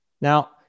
Now